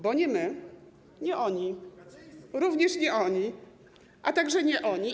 Bo nie my, nie oni, również nie oni, a także nie oni.